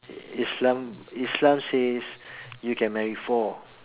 islam islam says you can marry four